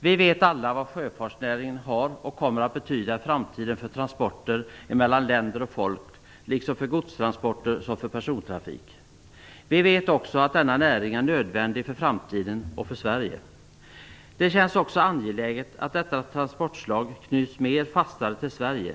Vi vet alla vad sjöfartsnäringen har betytt och kommer att betyda i framtiden för transporter mellan länder och folk - för godstransporter och persontrafik. Vi vet också att denna näring är nödvändig för framtiden och för Sverige. Det känns också angeläget att detta transportslag knyts fastare till Sverige.